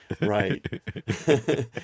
right